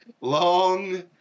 Long